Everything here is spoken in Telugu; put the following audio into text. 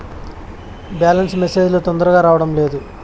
బ్యాలెన్స్ మెసేజ్ లు తొందరగా రావడం లేదు?